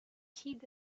kid